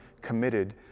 committed